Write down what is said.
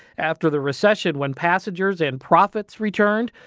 after the recession when passengers and profits returned,